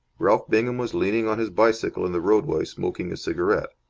ralph bingham was leaning on his bicycle in the roadway, smoking a cigarette.